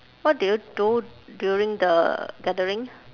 what do you do during the gathering